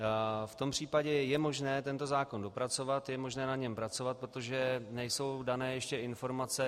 V tom případě je možné tento zákon dopracovat, je možné na něm pracovat, protože nejsou ještě dané informace.